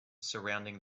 surrounding